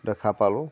দেখা পালোঁ